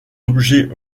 objets